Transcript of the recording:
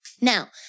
Now